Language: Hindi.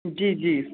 जी जी